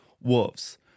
wolves